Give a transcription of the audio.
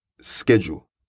schedule